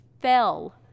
fell